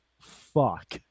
fuck